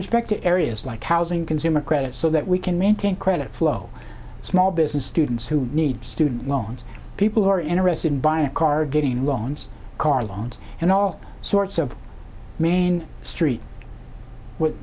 respect to areas like housing consumer credit so that we can maintain credit flow small business students who need student loans people who are interested in buying a car getting loans car loans and all sorts of main street w